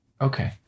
okay